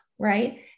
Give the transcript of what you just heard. right